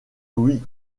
louis